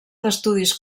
d’estudis